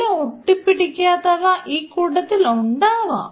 ചില ഒട്ടിപ്പിടിക്കാത്തവ ഈ കൂട്ടത്തിൽ ഉണ്ടാവാം